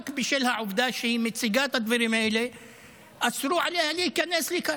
ורק בשל העובדה שהיא מציגה את הדברים האלה אסרו עליה להיכנס לכאן,